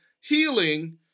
healing